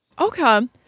Okay